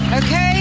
okay